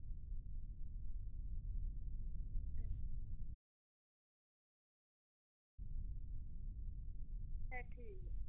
अच्छा ठीक